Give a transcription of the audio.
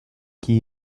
qui